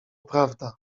prawda